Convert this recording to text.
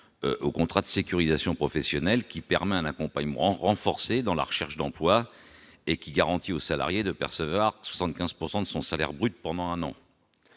au contrat de sécurisation professionnelle qui permet un accompagnement renforcé dans la recherche d'emploi et qui garantit au salarié de percevoir 75 pourcent de son salaire brut pendant un an,